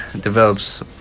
Develops